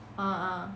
ah